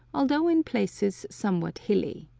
although in places somewhat hilly.